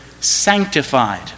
sanctified